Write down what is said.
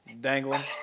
dangling